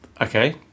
Okay